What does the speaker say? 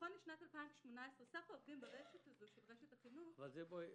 נכון לשנת 2018 סך העובדים ברשת החינוך הזו --- גברתי,